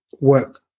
work